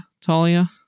Talia